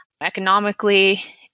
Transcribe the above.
economically